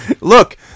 look